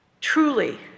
Truly